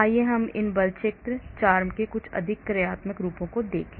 आइए हम इन बल क्षेत्र CHARMM के कुछ कार्यात्मक रूपों को देखें